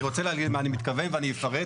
אני רוצה להבהיר למה אני מתכוון ואני אפרט